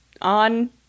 on